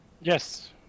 Yes